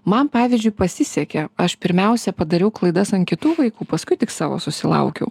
man pavyzdžiui pasisekė aš pirmiausia padariau klaidas ant kitų vaikų paskui tik savo susilaukiau